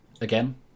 again